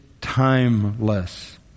timeless